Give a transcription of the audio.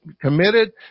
committed